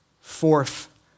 Fourth